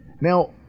Now